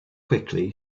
quickly